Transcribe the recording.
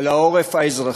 על העורף האזרחי.